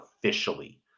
officially